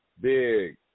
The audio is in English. Big